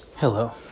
Hello